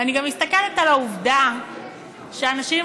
ואני גם מסתכלת על העובדה שאנשים עם